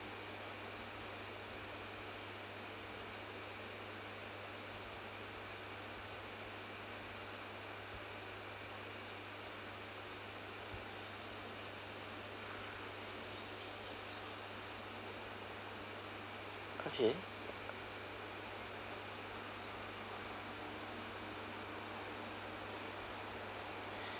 okay